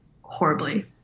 horribly